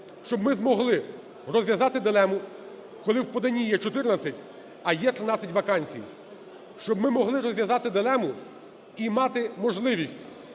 щоб ми змогли розв'язати дилему, коли у поданні є 14, а є 13 вакансій, щоб ми могли розв'язати дилему і мати можливість